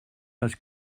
parce